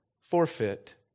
forfeit